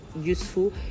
useful